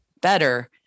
better